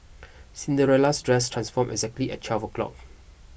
Cinderella's dress transformed exactly at twelve o' clock